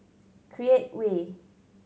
Create Way